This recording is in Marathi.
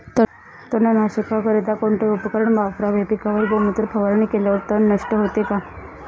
तणनाशकाकरिता कोणते उपकरण वापरावे? पिकावर गोमूत्र फवारणी केल्यावर तण नष्ट होते का?